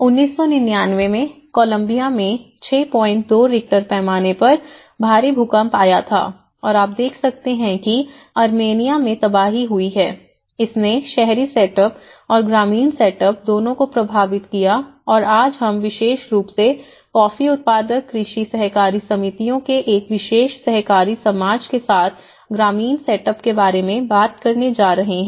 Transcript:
1999 में कोलंबिया में 62 रिक्टर पैमाने पर भारी भूकंप आया था और आप देख सकते हैं कि अर्मेनिया में तबाही हुई है इसने शहरी सेटअप और ग्रामीण सेटअप दोनों को प्रभावित किया और आज हम विशेष रूप से कॉफी उत्पादक कृषि सहकारी समितियों के एक विशेष सहकारी समाज के साथ ग्रामीण सेटअप के बारे में बात करने जा रहे हैं